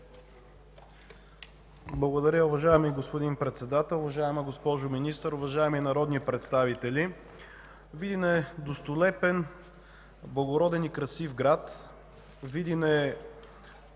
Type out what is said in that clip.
Благодаря. Уважаеми господин Председател, уважаема госпожо Министър, уважаеми народни представители! Видин е достолепен, благороден и красив град. Видин